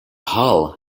hull